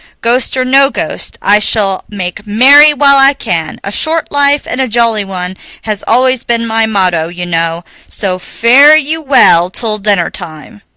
ghost or no ghost, i shall make merry while i can a short life and a jolly one has always been my motto, you know, so fare you well till dinnertime.